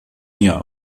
mir